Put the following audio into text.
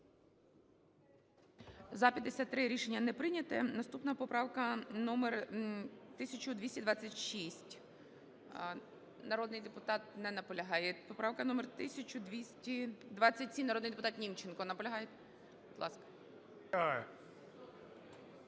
За-53 Рішення не прийнято. Наступна поправка номер 1226. Народний депутат не наполягає. Поправка номер 1227. Народний депутат Німченко. Наполягає?